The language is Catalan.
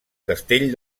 castell